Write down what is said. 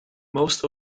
most